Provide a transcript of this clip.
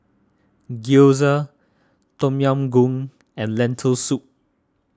Gyoza Tom Yam Goong and Lentil Soup